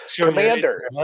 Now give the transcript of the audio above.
Commander